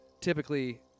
typically